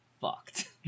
fucked